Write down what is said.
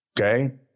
Okay